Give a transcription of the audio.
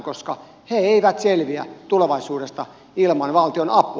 koska ne eivät selviä tulevaisuudesta ilman valtion apua